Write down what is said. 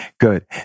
good